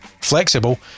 flexible